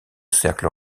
cercle